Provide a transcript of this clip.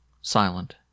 silent